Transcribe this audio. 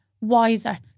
wiser